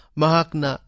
mahakna